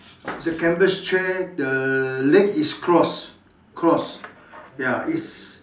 is a canvas chair the leg is crossed crossed ya is